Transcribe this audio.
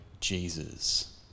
Jesus